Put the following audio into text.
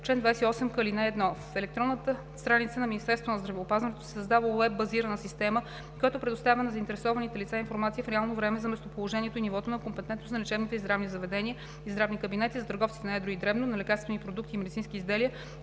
Чл. 28к. (1) В електронната страница на Министерството на здравеопазването се създава уеб базирана система, която предоставя на заинтересованите лица информация в реално време за местоположението и нивото на компетентност на лечебните и здравните заведения и здравните кабинети, за търговците на едро и дребно на лекарствени продукти и медицински изделия,